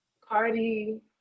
Cardi